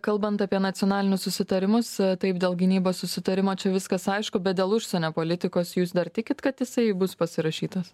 kalbant apie nacionalinius susitarimus taip dėl gynybos susitarimo čia viskas aišku bet dėl užsienio politikos jūs dar tikit kad jisai bus pasirašytas